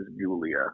Julia